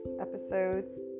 Episodes